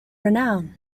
renown